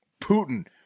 Putin